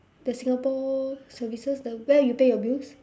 the singapore services the where you pay your bills